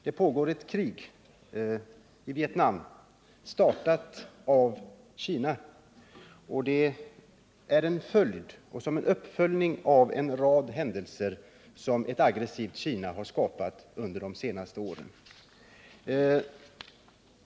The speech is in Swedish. Det pågår ett krig i Vietnam, startat av Kina. Det kriget är en uppföljning av en rad händelser som ett aggressivt Kina har skapat under de senaste åren.